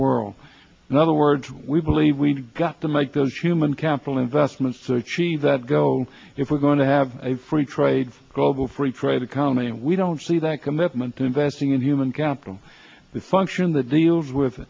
world in other words we believe we've got to make those human capital investments to achieve that goal if we're going to have a free trade global free trade economy we don't see that commitment to investing in human capital the function that deals with